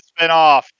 spinoff